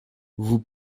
vous